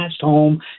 home